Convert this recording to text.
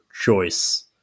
choice